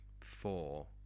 four